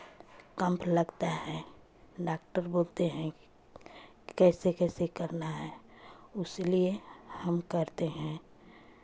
camp लगता है doctor बोलते हैं कि कि कैसे कैसे करना है उस लिए हम करते हैं